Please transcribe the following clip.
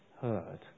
heard